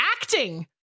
acting